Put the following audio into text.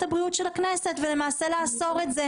הבריאות של הכנסת ולמעשה לאסור את זה.